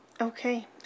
Okay